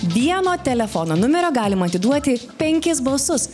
vieno telefono numerio galima atiduoti penkis balsus